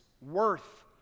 worth